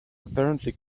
apparently